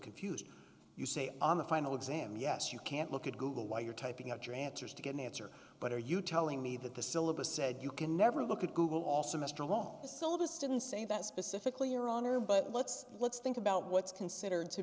confused you say on the final exam yes you can't look at google while you're typing out your answers to get an answer but are you telling me that the syllabus said you can never look at google all semester long the syllabus didn't say that specifically your honor but let's let's think about what's considered to